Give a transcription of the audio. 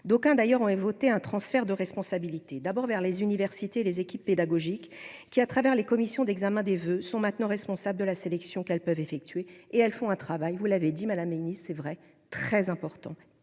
d'aucuns d'ailleurs en est voté un transfert de responsabilités d'abord vers les universités, les équipes pédagogiques qui, à travers les commissions d'examen des voeux sont maintenant responsable de la sélection qu'elles peuvent effectuer et elles font un travail, vous l'avez dit ma la c'est vrai très important